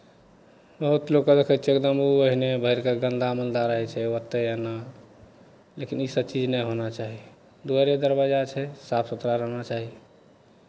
बहुत लोककेँ देखै छियै एकदम ओ एहने भरि कऽ गन्दा उन्दा रहै छै ओतहि एना लेकिन ईसभ चीज नहि होना चाही दुआरिए दरवाजा छै साफ सुथरा रहना चाही